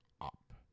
up